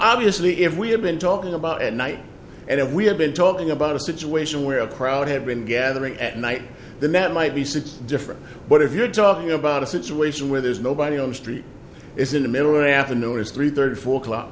obviously if we had been talking about night and if we had been talking about a situation where a crowd had been gathering at night then that might be six different but if you're talking about a situation where there's nobody on the street is in the middle avenue or it's three thirty four o'clock